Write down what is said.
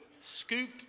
scooped